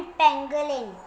pangolin